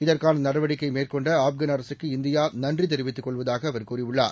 இதற்கானநடவடிக்கைமேற்கொண்ட ஆப்கான் அரசுக்கு இந்தியாநன்றிதெரிவித்துக் கொள்வதாகஅவர் கூறியுள்ளார்